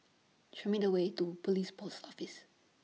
Show Me The Way to Pulis Post Office